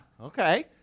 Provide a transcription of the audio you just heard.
okay